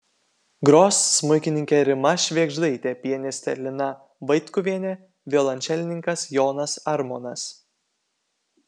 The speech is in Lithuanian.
gros smuikininkė rima švėgždaitė pianistė lina vaitkuvienė violončelininkas jonas armonas